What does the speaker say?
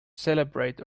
celebrate